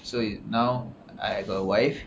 so now I got a wife